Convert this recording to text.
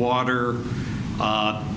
water